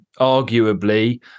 arguably